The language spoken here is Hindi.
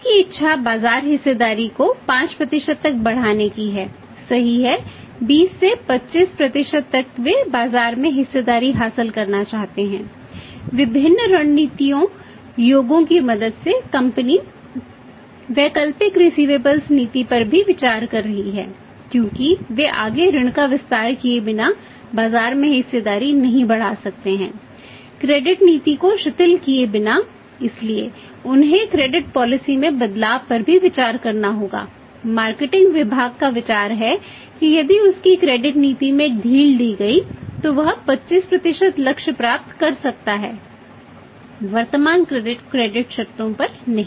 इसकी इच्छा बाजार हिस्सेदारी को 5 तक बढ़ाने की है सही है 20 से 25 तक वे बाजार में हिस्सेदारी हासिल करना चाहते हैं विभिन्न रणनीति योगों की मदद से कंपनी शर्तों पर नहीं